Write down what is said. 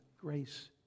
grace